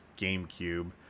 GameCube